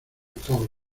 todos